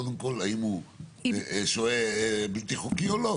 קודם כל האם הוא שוהה בלתי חוקי או לא,